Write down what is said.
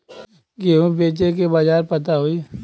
गेहूँ बेचे के बाजार पता होई?